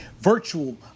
virtual